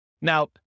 Now